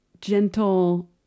gentle